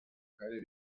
keine